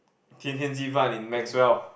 天天鸡饭: tian tian ji fan in Maxwell